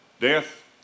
Death